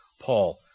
Paul